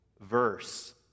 verse